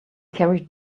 carried